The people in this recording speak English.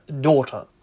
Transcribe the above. daughter